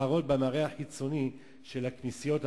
להתחרות במראה החיצוני של הכנסיות הנוצריות.